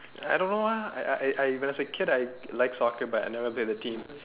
I don't know ah I I I when I was a kid I liked soccer but I never played the team